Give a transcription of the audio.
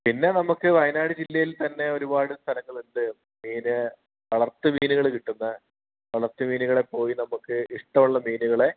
പിന്നെ നമുക്ക് വയനാട് ജില്ലയിൽ തന്നെ ഒരുപാട് സ്ഥലങ്ങൾ ഉണ്ട് മീൻ വളർത്തു മീനുകൾ കിട്ടുന്ന വളർത്തു മീനുകളെ പോയി നമുക്ക് ഇഷ്ടമുള്ള മീനുകളെ